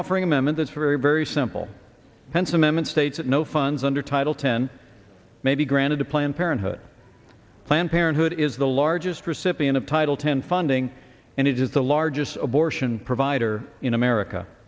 offering a moment that's very very simple handsome and states that no funds under title ten may be granted to planned parenthood planned parenthood is the largest recipient of title ten funding and it is the largest abortion provider in america